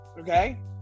okay